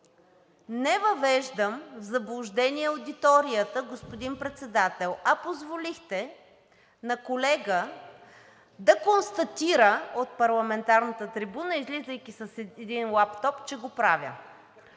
не въвеждам в заблуждение аудиторията, господин Председател, а позволихте на колега да констатира от парламентарната трибуна, излизайки с един лаптоп, че го правя.